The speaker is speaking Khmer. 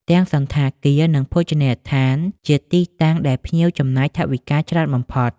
ទាំងសណ្ឋាគារ និងភោជនីយដ្ឋានជាទីតាំងដែលភ្ញៀវចំណាយថវិកាច្រើនបំផុត។